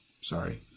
Sorry